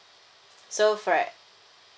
so for like